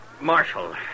Marshal